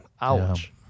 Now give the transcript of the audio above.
Ouch